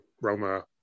Roma